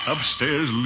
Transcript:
Upstairs